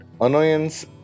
annoyance